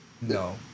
No